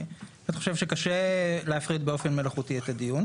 כי אני חושב שקשה להפריד באופן מלאכותי את הדיון,